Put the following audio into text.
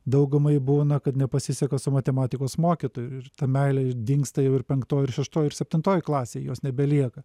daugumai būna kad nepasiseka su matematikos mokytoju ir ta meilė ir dingsta ir jau penktoj ir šeštoj ir septintoj klasėj jos nebelieka